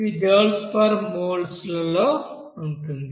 ఇది joules per mole లో ఉంటుంది